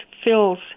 fills